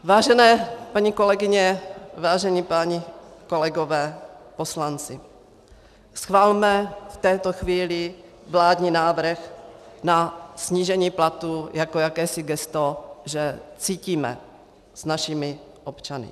Vážené paní kolegyně, vážení páni kolegové poslanci, schvalme v této chvíli vládní návrh na snížení platů jako jakési gesto, že cítíme s našimi občany.